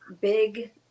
big